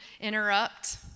interrupt